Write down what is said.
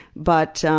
but